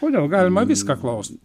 kodėl galima viską klaus